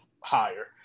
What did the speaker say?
higher